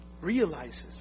realizes